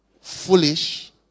foolish